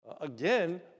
Again